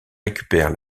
récupère